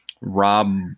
Rob